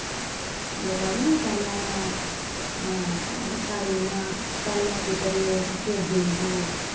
लोग आखदे नी पैह्लें साढ़े इ'यां पैह्लें पित्तर लोग फिर देव लोग